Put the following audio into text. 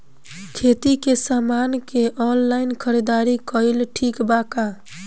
खेती के समान के ऑनलाइन खरीदारी कइल ठीक बा का?